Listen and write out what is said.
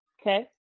okay